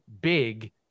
big